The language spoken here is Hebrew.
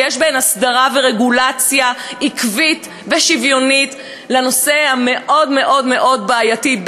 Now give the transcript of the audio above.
שיש בהן הסדרה ורגולציה עקבית ושוויונית לנושא המאוד-מאוד-מאוד בעייתי,